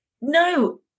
No